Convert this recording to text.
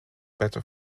better